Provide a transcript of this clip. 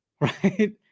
Right